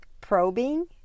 probing